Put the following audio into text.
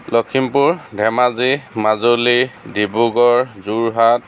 Lakhimpur Dhemaji Majuli Dibrugarh Jorhat